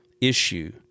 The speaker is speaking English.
issue